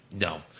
No